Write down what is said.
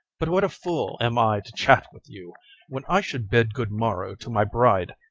but what a fool am i to chat with you when i should bid good-morrow to my bride,